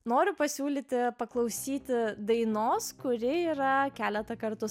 noriu pasiūlyti paklausyti dainos kūrėjai yra keletą kartų